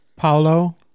Paulo